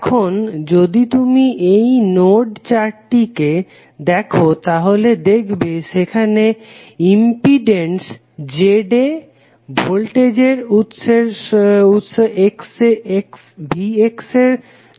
এখন যদি তুমি এই নোড 4 টিকে দেখো তাহলে দেখবে সেখানে ইম্পিডেন্স ZA ভোল্টেজের উৎস VX যুক্ত হচ্ছে